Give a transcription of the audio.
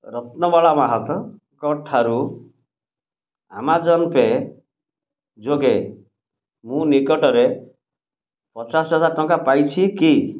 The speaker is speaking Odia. ରତ୍ନବାଳା ମହାତଙ୍କଠାରୁ ଆମାଜନ୍ ପେ ଯୋଗେ ମୁଁ ନିକଟରେ ପଚାଶ ହଜାର ଟଙ୍କା ପାଇଛି କି